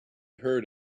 heard